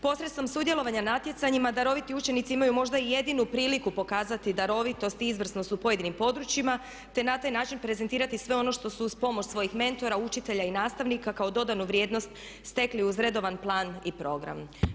Posredstvom sudjelovanja natjecanjima daroviti učenici imaju možda i jedinu priliku pokazati darovitost i izvrsnost u pojedinim područjima te na taj način prezentirati sve ono što su uz pomoć svojih mentora, učitelja i nastavnika kao dodanu vrijednost stekli uz redovan plan i program.